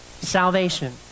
salvation